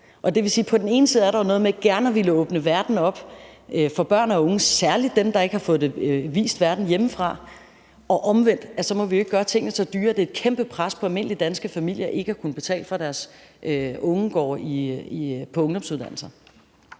på den ene side er noget med gerne at ville åbne verden op for børn og unge, særlig dem, der ikke har fået vist verden hjemmefra, og på den anden side må vi ikke gøre tingene så dyre, at det er et kæmpe pres på almindelige danske familier, altså at de ikke kan betale for, at deres unge går på ungdomsuddannelser.